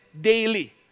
daily